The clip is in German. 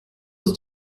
ist